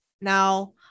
now